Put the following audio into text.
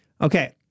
Okay